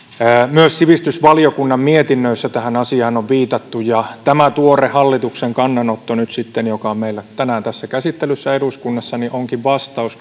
myös sivistysvaliokunnan mietinnöissä tähän asiaan on viitattu ja tämä tuore hallituksen kannanotto joka on meillä tänään käsittelyssä onkin vastaus